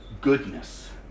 goodness